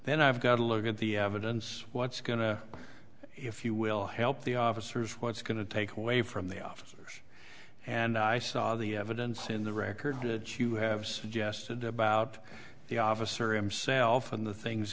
then i've got to look at the evidence what's going to if you will help the officers what's going to take away from the officers and i saw the evidence in the record it you have suggested about the officer him self and the things